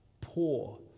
poor